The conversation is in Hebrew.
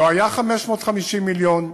לא היו 550 מיליון,